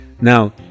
now